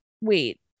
wait